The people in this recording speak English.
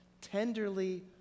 tenderly